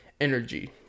energy